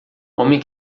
homem